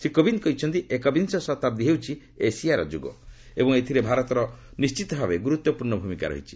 ସେ କହିଛନ୍ତି ଏକବିଂଶ ଶତାବ୍ଦୀ ହେଉଛି ଏସିଆର ଯୁଗ ଏବଂ ଏଥିରେ ଭାରତର ନିଶ୍ଚିତଭାବେ ଗୁରୁତ୍ୱପୂର୍ଣ୍ଣ ଭୂମିକା ରହିଛି